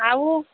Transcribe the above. आउ